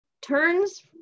turns